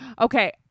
Okay